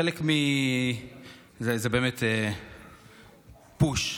זה באמת פוש.